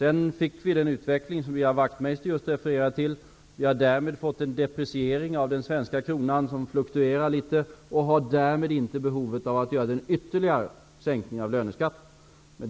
Utvecklingen blev sedan den som Ian Wachtmeister just refererade till. Vi har fått en depreciering av den svenska kronan som fluktuerar litet. Därmed finns inget behov av att göra en ytterligare sänkning av löneskatten.